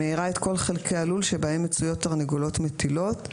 שמאירה את כל חלקי הלול שבהם מצויות תרנגולות מטילות.